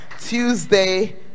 Tuesday